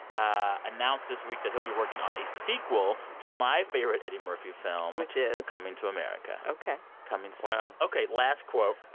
announced this week that he'll be working on a sequel to my favorite eddie murphy film. which is. coming to america. ok coming soon wow ok, last quote,